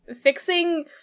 Fixing